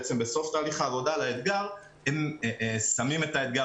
בסוף תהליך העבודה על האתגר הם שמים את אתגר